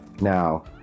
now